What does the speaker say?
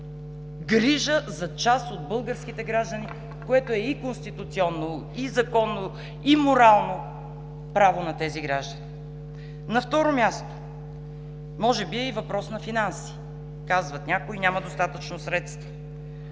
грижа за част от българските граждани, което е и конституционно, и законно, и морално право на тези граждани. На второ място, може би е и въпрос на финанси – казват някои: „Няма достатъчно средства“.